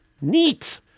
neat